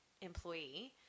employee